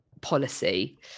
policy